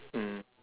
mm